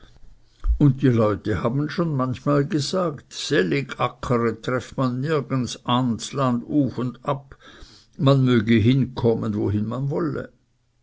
und die leute haben schon manchmal gesagt sellig ackere treff man nirgends an ds land uf und ab man möge hinkommen wohin man wolle